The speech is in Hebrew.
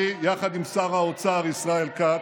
אני, יחד עם שר האוצר ישראל כץ,